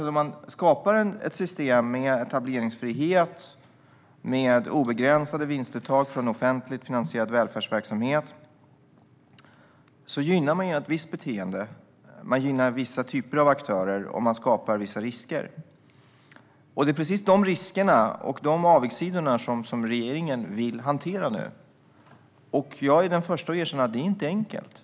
Om man skapar ett system med etableringsfrihet och obegränsade vinstuttag från offentligt finansierad välfärdsverksamhet är det klart att man gynnar ett visst beteende och vissa typer av aktörer. Man skapar vissa risker. Det är precis de riskerna och avigsidorna som regeringen nu vill hantera. Jag är den första att erkänna att det inte är enkelt.